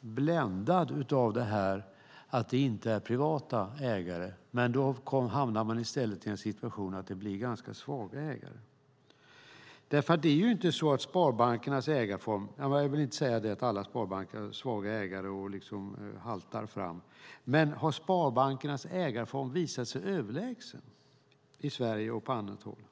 bländad av detta att det inte är privata ägare. Då hamnar man dock i stället i en situation där det blir ganska svaga ägare. Nu ska jag förstås inte säga att alla sparbanker har svaga ägare och liksom haltar fram, men har sparbankernas ägarform visat sig överlägsen i Sverige och på annat håll?